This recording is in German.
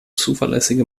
zuverlässige